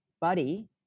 buddy